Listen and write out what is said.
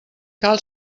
cal